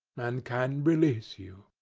and can release you.